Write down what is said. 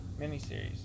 miniseries